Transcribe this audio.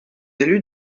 élus